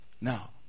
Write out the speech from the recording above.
now